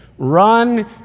Run